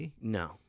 No